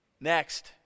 Next